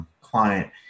client